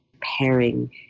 pairing